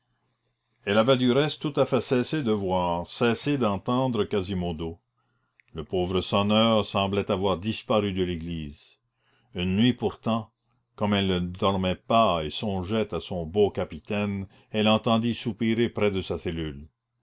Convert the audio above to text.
elle avait du reste tout à fait cessé de voir cessé d'entendre quasimodo le pauvre sonneur semblait avoir disparu de l'église une nuit pourtant comme elle ne dormait pas et songeait à son beau capitaine elle entendit soupirer près de sa cellule